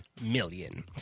million